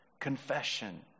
confession